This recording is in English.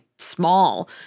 small